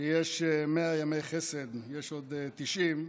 שיש 100 ימי חסד, ויש עוד 90,